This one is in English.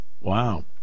Wow